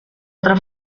otra